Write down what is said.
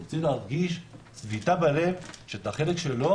הוא צריך להרגיש צביטה בלב שאת החלק שלו